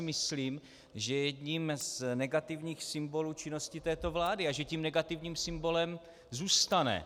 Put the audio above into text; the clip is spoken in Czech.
Myslím, že je jedním z negativních symbolů činnosti této vlády a že tím negativním symbolem zůstane.